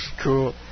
Cool